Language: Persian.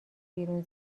بیرون